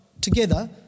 together